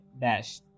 dash